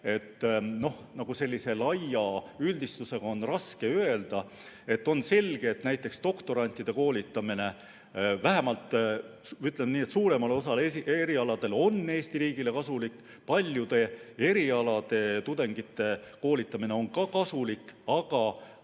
midagi sellise laia üldistusega on raske öelda. On selge, et näiteks doktorantide koolitamine, ütleme nii, suuremal osal erialadel on Eesti riigile kasulik. Paljude erialade tudengite koolitamine on ka kasulik. Aga